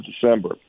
December